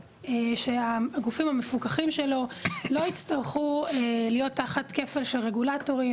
שהגופים המפוקחים על ידו לא יצטרכו להיות תחת כפל של רגולטורים,